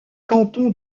canton